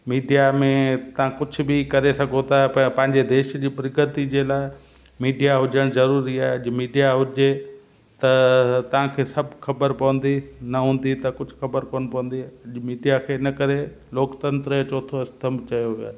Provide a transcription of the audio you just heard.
media में तव्हां कुझ बि करे सघो था पिया पंहिंजे देश जी प्रगति जे लाइ मीडिया हुजणु ज़रूरी आहे अॼु मीडिया हुजे त तव्हांखे सभु ख़बर पवंदी न हूंदी त कुझु ख़बर कोन पवंदी मीडिया खे इन करे लोकतंत्र यो चौथो स्तंभ चयो वियो आहे